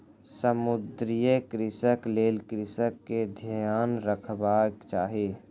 समुद्रीय कृषिक लेल कृषक के ध्यान रखबाक चाही